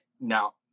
Now